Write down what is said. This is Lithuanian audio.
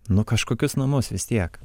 nu kažkokius namus vis tiek